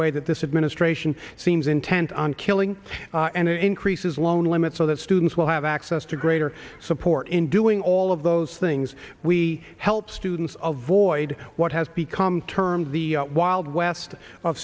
way that this administration seems intent on killing and increases loan limits so that students will have access to greater support in doing all of those things we help students avoid what has become termed the wild west of